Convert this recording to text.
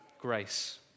grace